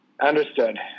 Understood